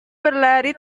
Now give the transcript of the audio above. berlari